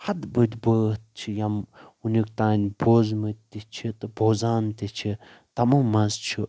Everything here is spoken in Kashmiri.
ہتہٕ بٔدۍ بٲتھ چھِ یم وٕنیُک تانۍ بوزنہٕ تہِ چھِ تہٕ بوزان تہِ چھِ تمو منٛز چھُ